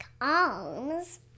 arms